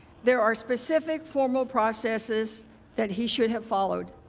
there are specific formal processes that he should have followed.